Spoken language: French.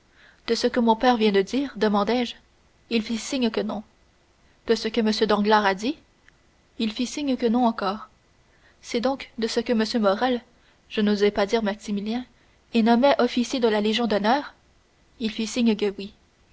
de ce que mon père vient de dire demandai-je il fit signe que non de ce que m danglars a dit il fit signe que non encore c'est donc de ce que m morrel je n'osai pas dire maximilien est nommé officier de la légion d'honneur il fit signe que oui